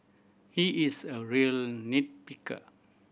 he is a real nit picker